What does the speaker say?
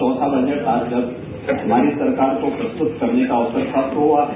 चौथा बजट हमारी सरकार को प्रस्तुत करने का अवसर प्राप्त हुआ है